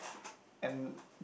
and